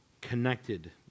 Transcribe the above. connected